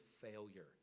failure